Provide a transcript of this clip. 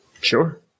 Sure